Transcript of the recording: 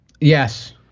Yes